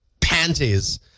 panties